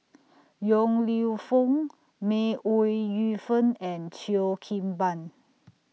Yong Lew Foong May Ooi Yu Fen and Cheo Kim Ban